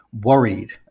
worried